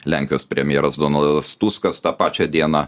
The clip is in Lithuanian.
lenkijos premjeras donaldas tuskas tą pačią dieną